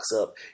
up